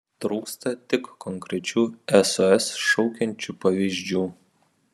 trūkstą tik konkrečių sos šaukiančių pavyzdžių